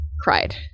Cried